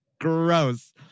gross